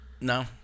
No